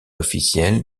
officiel